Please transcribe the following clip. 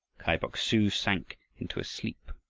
kai bok-su sank into a sleep!